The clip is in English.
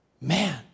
Man